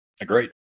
Agreed